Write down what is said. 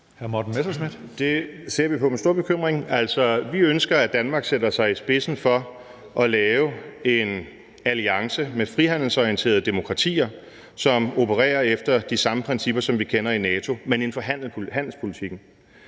Det ser vi på med stor bekymring. Altså, vi ønsker, at Danmark sætter sig i spidsen for at lave en alliance med frihandelsorienterede demokratier, som opererer efter de samme principper, som vi kender i NATO, men inden for handelspolitikken.